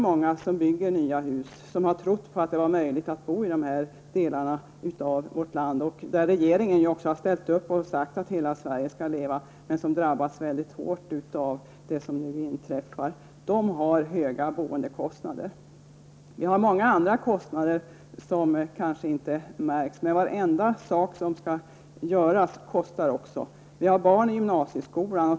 Många bygger nya hus och har trott att det var möjligt att bo i dessa delar av vårt land. Regeringen har ju också ställt upp och sagt att hela Sverige skall leva. Men dessa människor drabbas väldigt hårt av det som nu inträffar. De har höga boendekostnader. Det finns också många andra kostnader som kanske inte märks, men allt som skall göras kostar. Ett exempel är våra barn i gymnasieskolan.